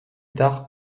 tard